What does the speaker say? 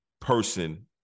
person